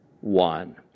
one